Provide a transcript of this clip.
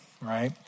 right